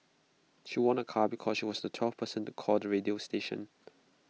she won A car because she was the twelfth person to call the radio station